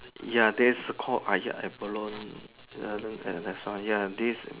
ya that's called !aiya! abalone that's all ya this